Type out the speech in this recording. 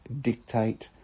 dictate